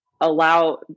allow